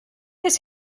his